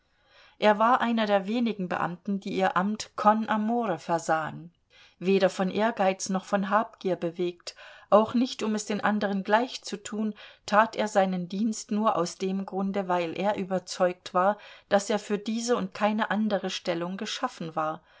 er war einer der wenigen beamten die ihr amt con amore versahen weder von ehrgeiz noch von habgier bewegt auch nicht um es den anderen gleichzutun tat er seinen dienst nur aus dem grunde weil er überzeugt war daß er für diese und keine andere stellung geschaffen war